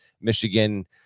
Michigan